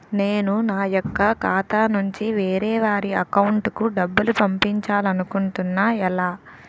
నేను నా యెక్క ఖాతా నుంచి వేరే వారి అకౌంట్ కు డబ్బులు పంపించాలనుకుంటున్నా ఎలా?